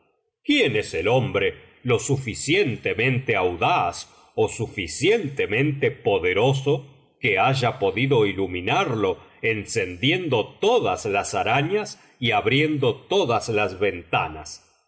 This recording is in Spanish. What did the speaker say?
quién es el hombre lo suficientemente audaz ó suficientemente poderoso que haya podido iluminarlo encendiendo todas las arañas y abriendo todas las ventanas